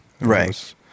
Right